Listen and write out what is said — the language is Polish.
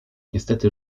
niestety